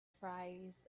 fries